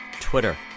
Twitter